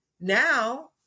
Now